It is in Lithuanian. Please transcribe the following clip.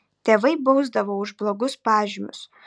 tėvai bausdavo už blogus pažymius